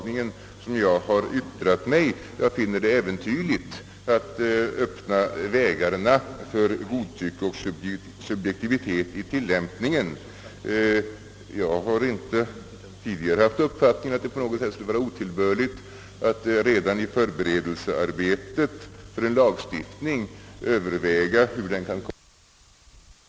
Det är härom jag har yttrat mig, och jag finner det äventyrligt att öppna vägarna för godtycke och subjektivitet i tillämpningen. Jag har inte haft den uppfattningen att det på något sätt skulle vara otillbörligt att redan i förberedelsearbetet för en lagstiftning överväga hur lagen kan komma att fungera i tillämpningen, vilket är rätt väsentligt.